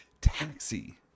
taxi